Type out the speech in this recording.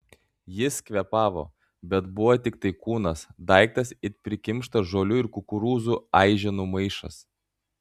jis kvėpavo bet buvo tiktai kūnas daiktas it prikimštas žolių ir kukurūzų aiženų maišas